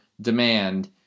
demand